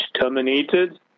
terminated